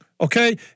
okay